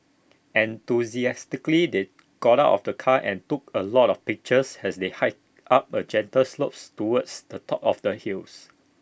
enthusiastically they got out of the car and took A lot of pictures as they hiked up A gentle slopes towards the top of the hills